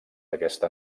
aquesta